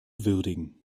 würdigen